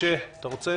משה אבוטבול.